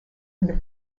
under